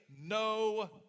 no